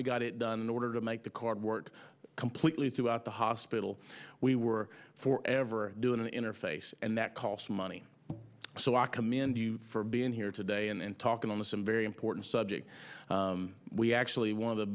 we got it done in order to make the court work completely throughout the hospital we were for ever doing an interface and that costs money so i commend you for being here today and talking to some very important subject we actually one of the